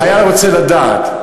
חייל רוצה לדעת,